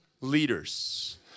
leaders